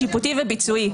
שיפוטי וביצועי.